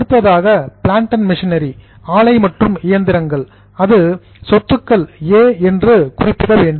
அடுத்ததாக plant and machinery ஆலை மற்றும் இயந்திரங்கள் அது சொத்துக்கள் ஏ என்று குறிப்பிட வேண்டும்